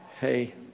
hey